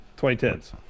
2010s